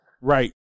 right